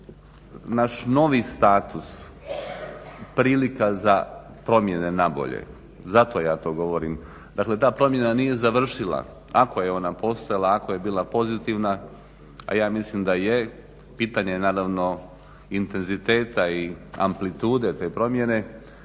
naš novi status prilika za promjene na bolje, zato ja to govorim. Dakle ta promjena nije završila. Ako je ona postojala, ako je bila pozitivna, a ja mislim da je pitanje je naravno intenziteta i amplitude te promjene,